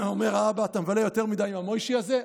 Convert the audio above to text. אומר האבא: אתה מבלה יותר מדי עם המוישי הזה,